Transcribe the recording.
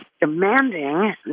demanding